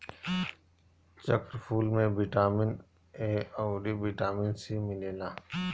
चक्रफूल में vitamin A अउरी बिटामिन सी मिलेला